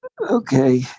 Okay